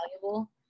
valuable